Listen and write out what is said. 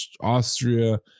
austria